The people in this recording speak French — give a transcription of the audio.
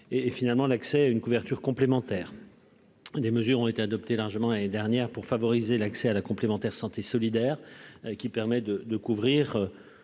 définitive, de l'accès à une couverture complémentaire. Des mesures ont été adoptées l'année dernière pour favoriser l'accès à la complémentaire santé solidaire, qui permet de couvrir